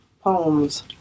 Poems